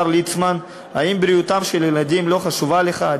השר ליצמן: האם בריאותם של ילדים לא חשובה לך?